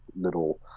little